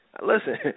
Listen